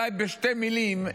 בשתי מילים,